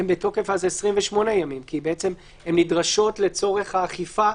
הן בתוקף עד 28 ימים כי הן נדרשות לצורך האכיפה,